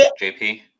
JP